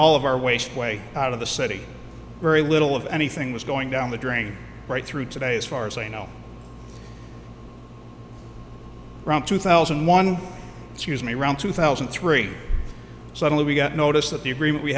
all of our waste way out of the city very little of anything was going down the drain right through today as far as i know from two thousand and one excuse me around two thousand and three suddenly we got notice that the agreement we